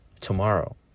tomorrow